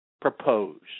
proposed